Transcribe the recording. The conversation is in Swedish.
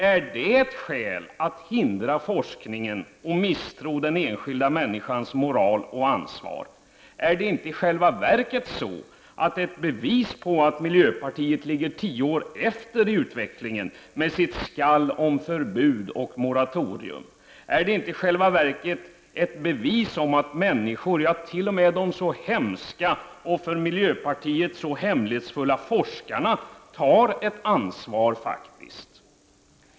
Är det ett skäl att hindra forskningen och misstro den enskilda människans moral och ansvar? Är miljöpartiets skall och förslag om förbud och moratorium i själva verket inte ett bevis för att man ligger tio år efter utvecklingen? Är det inte i själva verket ett bevis på att människorna, t.o.m. de så hemska och för miljöpartiet så hemlighetsfulla forskarna, faktiskt tar ett ansvar?